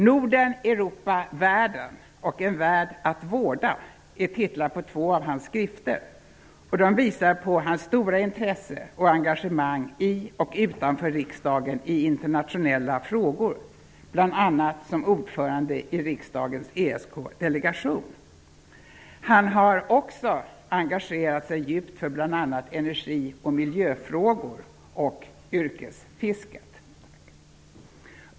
''Norden, Europa, Världen'' och en ''Värld att vårda'' är titlar på två av hans skrifter, och de visar på hans stora intresse och engagemang i och utanför riksdagen i internationella frågor, bl.a. som ordförande i riksdagens ESK-delegation. Han har också engagerat sig djupt för bl.a. energi och miljöfrågor och yrkesfisket.